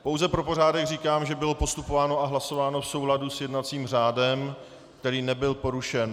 Pouze pro pořádek říkám, že bylo postupováno a hlasováno v souladu s jednacím řádem, který nebyl porušen.